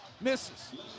misses